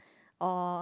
or